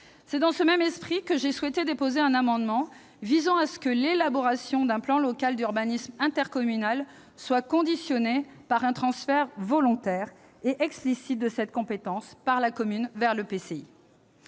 C'est dans ce même esprit que j'ai souhaité déposer un amendement visant à conditionner l'élaboration d'un plan local d'urbanisme intercommunal à un transfert volontaire et explicite de cette compétence « PLU » par la commune vers l'EPCI.